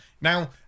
Now